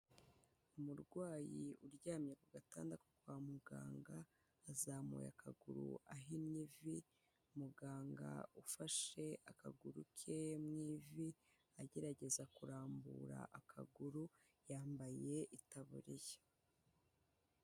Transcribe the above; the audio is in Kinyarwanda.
Umurwayi uryamye ku gatanda ko kwa muganga yazamuye akaguru ahinnye ivi, muganga ufashe akaguru ke mu ivi agerageza kurambura akaguru yambaye itaburiya.